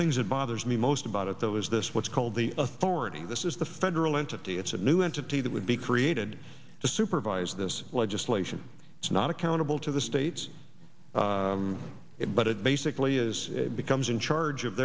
things that bothers me most about it though is this what's called the authority this is the federal entity it's a new entity that would be created to supervise this legislation it's not accountable to the states it but it basically is becomes in charge of